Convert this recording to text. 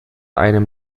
einem